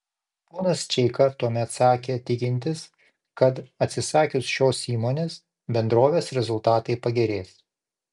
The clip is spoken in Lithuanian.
ponas čeika tuomet sakė tikintis kad atsisakius šios įmonės bendrovės rezultatai pagerės